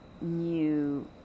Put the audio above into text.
new